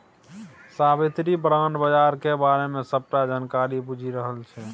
साबित्री bond बजारक बारे मे सबटा जानकारी बुझि रहल छै